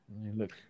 look